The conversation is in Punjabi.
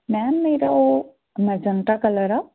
ਮੈਮ ਮੇਰਾ ਉਹ ਮਜੰਟਾ ਕਲਰ ਆ